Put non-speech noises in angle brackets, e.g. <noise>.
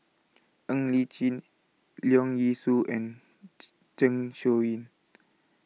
Ng Li Chin Leong Yee Soo and <unintelligible> Zeng Shouyin